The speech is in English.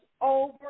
over